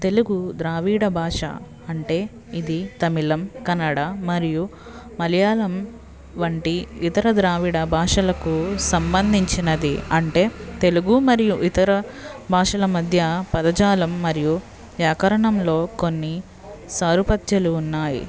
తెలుగు ద్రావిడ బాషా అంటే ఇది తమిళం కన్నడ మరియు మలయాళం వంటి ఇతర ద్రావిడ భాషలకు సంబంధిం చినది అంటే తెలుగు మరియు ఇతర బాషల మధ్య పదజాలం మరియు వ్యాకరణంలో కొన్ని సరూపతలు ఉన్నాయి